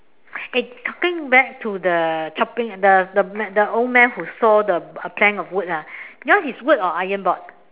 eh talking back to the chopping uh the the man the old man who saw the a plank of wood lah yours is wood or iron board